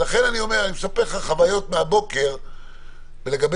לכן אני מספר לך חוויות מהבוקר לגבי